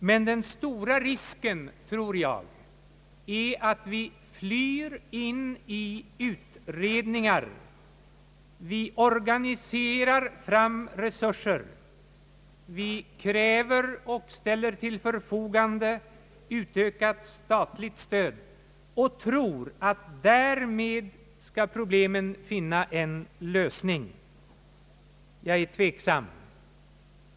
Men jag tror att den stora risken är att vi flyr in i utredningar, vi organiserar fram resurser, vi kräver och ställer till förfogande utökat statligt stöd och anser att problemen därmed bör finna en lösning. Jag är tveksam om denna ordning.